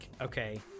okay